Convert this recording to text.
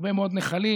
הרבה מאוד נחלים.